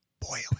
boiling